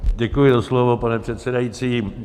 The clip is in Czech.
Děkuji za slovo, pane předsedající.